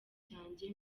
cyanjye